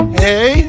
hey